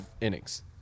innings